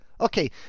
Okay